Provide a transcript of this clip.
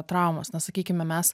traumos na sakykime mes